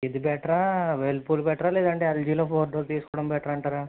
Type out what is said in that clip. ఇది బెటరా వల్ఫూల్ బెటరా లేదంతే ఎల్జీలో ఫోర్ డోర్ తీసుకోవడం బెటర్ అంటారా